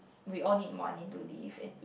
we all need money to live